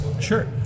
Sure